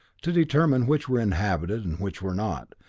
to determine which were inhabited and which were not,